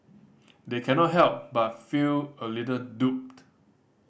they cannot help but feel a little duped